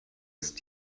ist